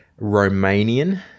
Romanian